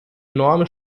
enorme